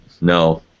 No